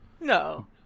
No